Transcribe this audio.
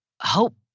hope